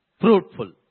fruitful